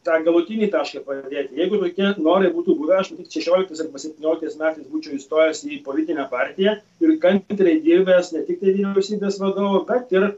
tą galutinį tašką padėti jeigu tokie norai būtų buvę aš šešioliktais arba septynioliktais metais būčiau įstojęs į politinę partiją ir kantriai dirbęs ne tiktai vyriausybės vadovu bet ir